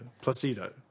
Placido